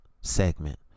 Segment